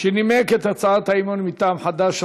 שנימק את הצעת האי-אמון מטעם חד"ש,